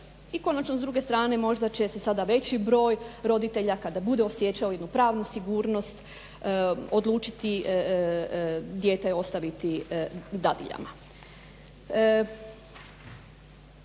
I konačno s druge strane možda će se sada veći broj roditelja kada bude osjećao jednu pravnu sigurnost odlučiti dijete ostaviti dadiljama.